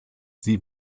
sie